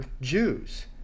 Jews